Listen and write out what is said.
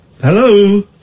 Hello